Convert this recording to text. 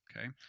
Okay